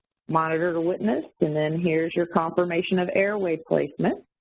monitored or witnessed, and then here's your confirmation of airway placement,